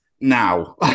Now